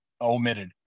omitted